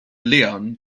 lyon